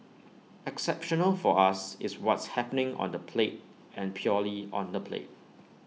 exceptional for us is what's happening on the plate and purely on the plate